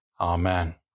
amen